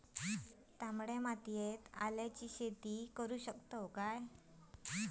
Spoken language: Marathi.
तामड्या मातयेत आल्याचा शेत करु शकतू काय?